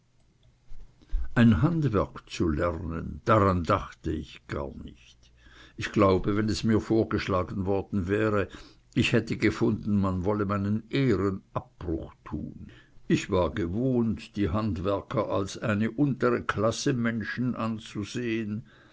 ein handwerk zu lernen daran dachte ich gar nicht ich glaube wenn es mir vorgeschlagen worden wäre ich hätte gefunden man wolle meinen ehren abbruch tun ich war gewohnt die handwerker als eine untere klasse menschen anzusehen